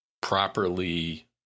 properly